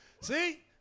See